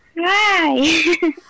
Hi